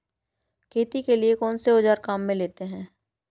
खेती के लिए कौनसे औज़ार काम में लेते हैं?